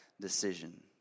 decision